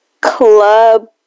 club